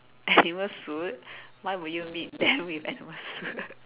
animal suit why would you meet them with animal